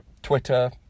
Twitter